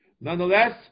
Nonetheless